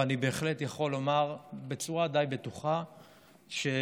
אבל אני בהחלט יכול לומר בצורה די בטוחה ש-80%,